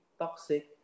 toxic